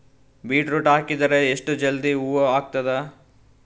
Beetroot ಹಾಕಿದರ ಎಷ್ಟ ಜಲ್ದಿ ಹೂವ ಆಗತದ?